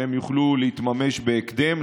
שהם יוכלו להתממש בהקדם.